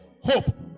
hope